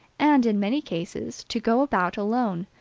and, in many cases, to go about alone,